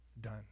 done